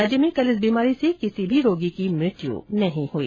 राज्य में कल इस बीमारी से किसी भी रोगी की मृत्यु नहीं हुई